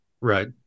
Right